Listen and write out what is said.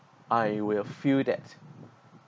I will feel that